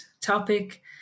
topic